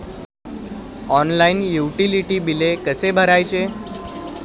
Online utility बिले कसे भरायचे?